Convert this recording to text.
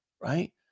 right